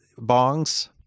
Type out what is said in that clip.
bongs